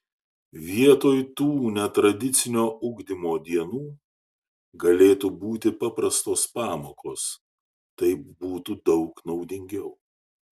vietoj tų netradicinio ugdymo dienų galėtų būti paprastos pamokos taip būtų daug naudingiau